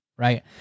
Right